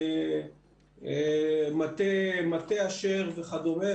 מטה אשר וכדומה,